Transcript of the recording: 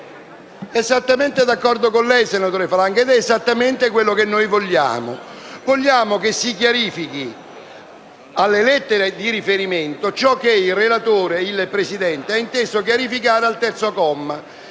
esattamente d'accordo con lei, senatore Falanga, ed è esattamente quello che noi vogliamo. Vogliamo che si chiarifichi alle lettere di riferimento ciò che il relatore e il Presidente hanno inteso chiarificare al terzo comma: